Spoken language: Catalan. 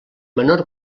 menor